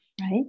right